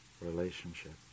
relationship